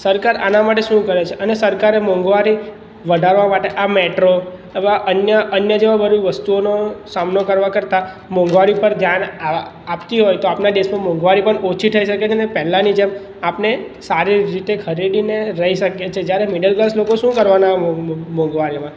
સરકાર આના માટે શું કરે છે અને સરકારે મોંઘવારી વધારવા માટે આ મેટ્રો આવા અન્ય અન્ય જેવાં બધુ વસ્તુઓનો સામનો કરવા કરતાં મોંઘવારી પર ધ્યાન આપતી હોય તો આપણા દેશમાં મોંઘવારી પણ ઓછી થઈ શકે છે ને પહેલાંની જેમ આપણે સારી રીતે ખરીદીને રહી શકીએ છીએ જ્યારે મીડલ ક્લાસ લોકો શું કરવાનાં મોંઘવારીમાં